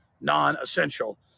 non-essential